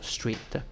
Street